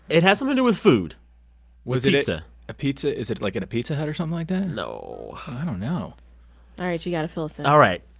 it has something to with food with pizza a pizza. is it, like, in a pizza hut or something like that? no oh, i don't know all right. you got to fill us in all right.